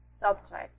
subject